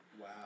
Wow